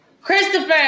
Christopher